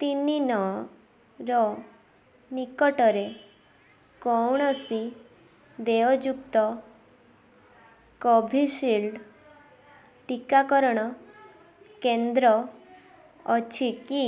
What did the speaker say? ତିନି ନଅର ନିକଟରେ କୌଣସି ଦେୟଯୁକ୍ତ କୋଭିଶିଲ୍ଡ୍ ଟିକାକରଣ କେନ୍ଦ୍ର ଅଛି କି